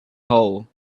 hole